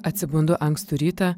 atsibundu ankstų rytą